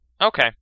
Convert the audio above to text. Okay